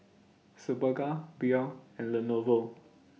Superga Biore and Lenovo